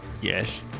Yes